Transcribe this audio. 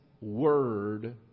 Word